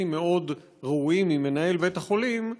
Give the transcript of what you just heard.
יחסים מאוד רעועים עם מנהל בית-החולים,